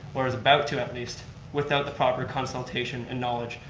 or is about to at least without the proper consultation and knowledge.